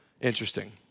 interesting